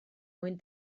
mwyn